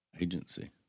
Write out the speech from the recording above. agency